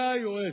זה היועץ.